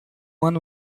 ano